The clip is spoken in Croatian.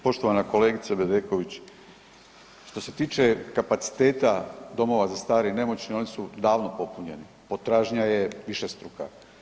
Poštovana kolegice Bedeković, što se tiče kapaciteta domova za stare i nemoćne oni su davno popunjeni, potražnja je višestruka.